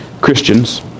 Christians